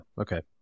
Okay